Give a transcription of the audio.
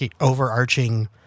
overarching